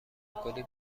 فکلی